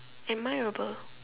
admirable